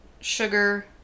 sugar